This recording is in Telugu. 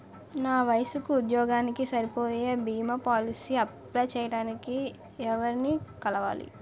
నా వయసుకి, ఉద్యోగానికి సరిపోయే భీమా పోలసీ అప్లయ్ చేయటానికి ఎవరిని కలవాలి?